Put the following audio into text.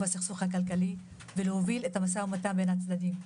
הסכסוך הכלכלי ולהוביל את המשא ומתן בין הצדדים,